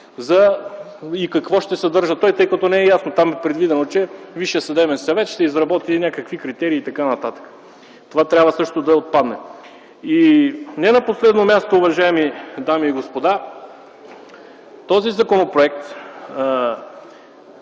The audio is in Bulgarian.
и какво ще съдържа той, тъй като не е ясно. Там е предвидено, че Висшият съдебен съвет ще изработи някакви критерии и така нататък. Това също трябва да отпадне. И не на последно място, уважаеми дами и господа, този Законопроект